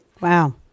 Wow